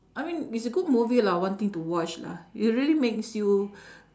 I mean it's a good movie lah one thing to watch lah it really makes you